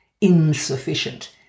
insufficient